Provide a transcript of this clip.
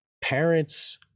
parents